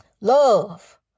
love